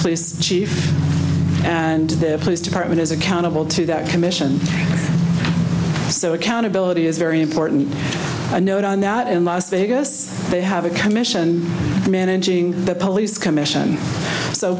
police chief and the police department is accountable to that commission so accountability is very important i note on that in las vegas they have a commission managing the police commission so